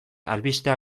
albistea